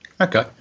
Okay